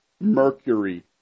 mercury